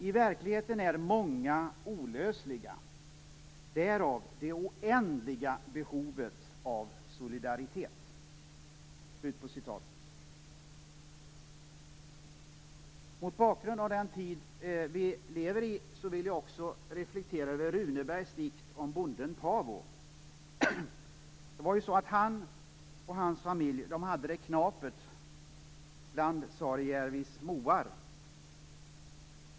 I verkligheten är många olösliga, därav det oändliga behovet av solidaritet. Mot bakgrund av den tid som vi lever i vill jag också reflektera över Runebergs dikt om bonden Saarijärvis moar.